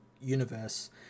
universe